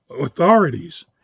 authorities